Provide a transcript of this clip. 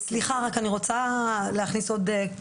סליחה רק אני רוצה להכניס עוד,